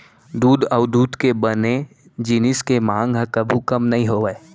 दूद अउ दूद के बने जिनिस के मांग ह कभू कम नइ होवय